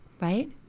right